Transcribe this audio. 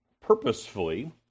purposefully